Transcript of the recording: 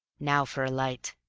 now for a light.